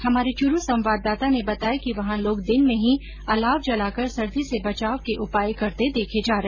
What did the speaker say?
हमारे चूरू संवाददाता ने बताया कि वहां लोग दिन में ही अलाव जलाकर सर्दी से बचाव के उपाय करते देखे जा रहे है